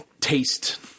taste